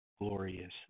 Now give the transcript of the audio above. glorious